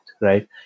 right